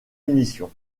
munitions